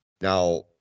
Now